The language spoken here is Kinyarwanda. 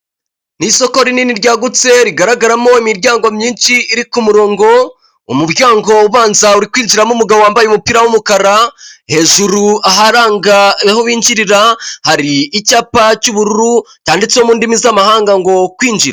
Ni isoko rinini ryagutse rigaragaramo imiryango myinshi iri ku murongo umuryango ubanza uri kwinjiramo umugabo wambaye umupira w'umukara, hejuru aharanga aho binjirira hari icyapa cy'ubururu cyanditse mu ndimi z'amahanga ngo kwinjira.